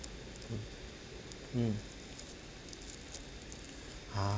hmm mm ah